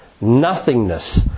nothingness